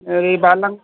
ओरै बारलां